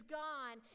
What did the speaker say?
gone